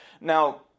Now